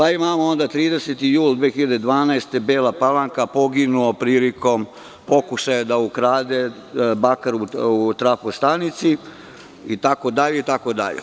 Onda, imamo 30. jul 2012. godine, Bela Palanka – poginuo prilikom pokušaja da ukrade bakar u trafostanici itd, itd.